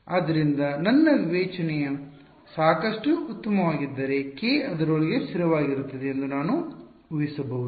ಆದ್ದರಿಂದ ನನ್ನ ವಿವೇಚನೆಯು ಸಾಕಷ್ಟು ಉತ್ತಮವಾಗಿದ್ದರೆ k ಅದರೊಳಗೆ ಸ್ಥಿರವಾಗಿರುತ್ತದೆ ಎಂದು ನಾನು ಉಹಿಸಬಹುದು